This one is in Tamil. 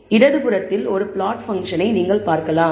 எனவே இடது புறத்தில் ஒரு பிளாட் பங்க்ஷன் ஐ நீங்கள் பார்க்கலாம்